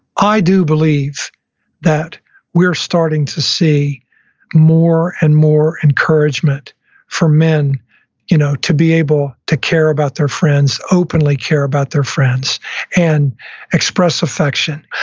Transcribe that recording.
i do believe that we're starting to see more and more encouragement from men you know to be able to care about their friends, openly care about their friends and express affection.